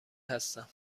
هستم